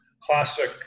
classic